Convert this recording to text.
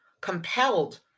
compelled